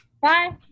Bye